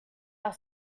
our